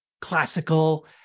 classical